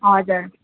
हजुर